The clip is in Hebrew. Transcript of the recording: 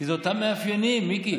כי אלה אותם מאפיינים, מיקי.